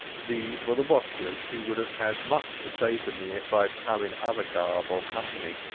these were the watchers who would have had much to say to me if i had come in other garb or company.